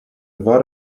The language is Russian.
два